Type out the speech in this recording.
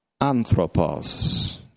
anthropos